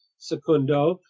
secundo,